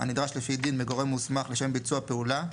הנדרש לפי דין מגורם מוסמך לשם ביצוע פעולה,